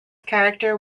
character